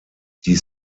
die